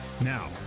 Now